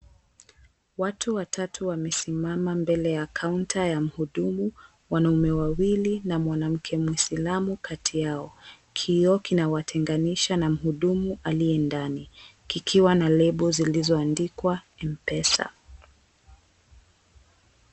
Watu watatu wamesimama mbele ya kaunta ya mhudumu, wanaume wawili na mwanamke Muislamu kati yao, kioo kinawatenganisha na mhudumu aliye ndani, kikiwa na lebo zilizoandikwa M-Pesa.